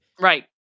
right